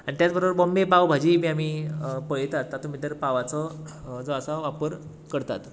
आनी तेच बरोबर बाॅम्बे पाव भाजीय बी आमी पळयतात तातूंत भितर पावाचो जो आसा वापर करतात